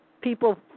people